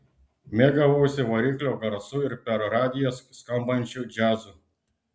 mėgavausi variklio garsu ir per radiją skambančiu džiazu